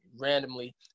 randomly